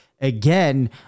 again